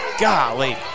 Golly